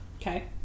okay